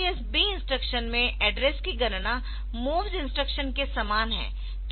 CMPS B instruction में address गणना MOVS instruction के समान है